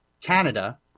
Canada